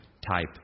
type